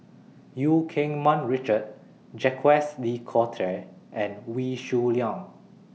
EU Keng Mun Richard Jacques De Coutre and Wee Shoo Leong